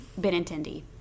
Benintendi